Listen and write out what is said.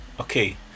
okay